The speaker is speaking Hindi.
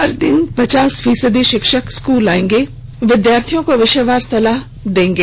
हर दिन पचास फीसदी शिक्षक स्कूल आएंगे और विधार्थियों को विषयवार सलाह देंगे